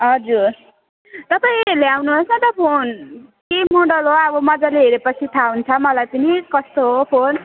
हजुर तपाईँ ल्याउनुहोस् न त फोन के मोडल हो अब मजाले हेरेपछि थाहा हुन्छ मलाई पनि कस्तो हो फोन